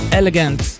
elegant